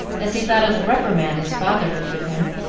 as he thought of the reprimand his father would give him.